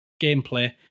gameplay